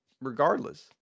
regardless